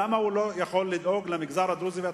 למה הוא לא יכול לדאוג למגזר הדרוזי והצ'רקסי?